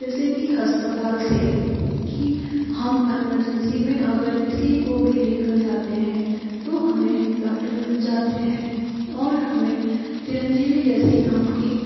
जैसे की अस्पताल से कि हम ईमरजेंसी में अगर किसी को भी लेकर जाते हैं तो हमें डॉक्टर मिल जाते हैं और हमें चिरंजीवी जैसी नाम की